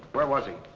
where was he?